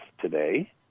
today